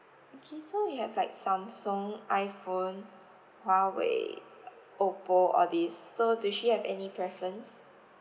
okay so we have like samsung iphone huawei oppo all these so do she have any preference